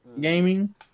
Gaming